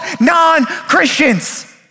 non-Christians